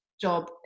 job